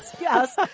Yes